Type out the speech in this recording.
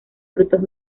frutos